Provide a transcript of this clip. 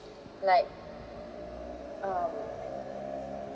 like um